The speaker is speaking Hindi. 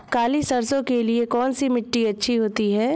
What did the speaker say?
काली सरसो के लिए कौन सी मिट्टी अच्छी होती है?